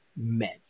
meant